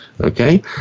Okay